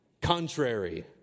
contrary